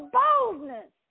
boldness